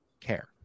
care